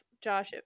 Josh